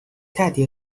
teddy